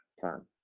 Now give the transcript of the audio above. time